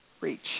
reach